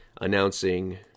announcing